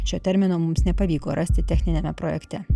šio termino mums nepavyko rasti techniniame projekte